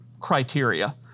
criteria